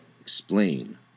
explain